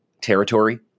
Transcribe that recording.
territory